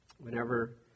Whenever